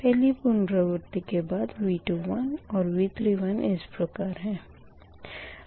पहली पुनरावर्ती के बाद V21 और V31 इस प्रकार है